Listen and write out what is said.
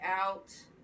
out